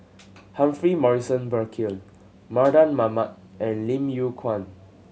Humphrey Morrison Burkill Mardan Mamat and Lim Yew Kuan